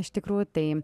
iš tikrųjų tai